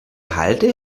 halde